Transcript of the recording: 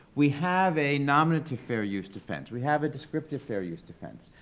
we have a nominative fair use defense. we have a descriptive fair use defense.